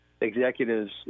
executives